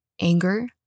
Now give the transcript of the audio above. anger